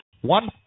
one